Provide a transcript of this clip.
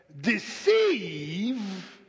deceive